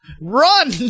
Run